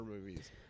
movies